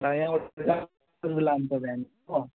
प्रायः यहाँबाट चार सौ रुपियाँ लान्छ भ्यान हो